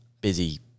busy